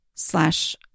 slash